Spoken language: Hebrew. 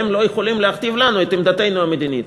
הם לא יכולים להכתיב לנו את עמדתנו המדינית.